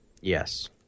Yes